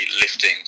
lifting